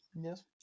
Yes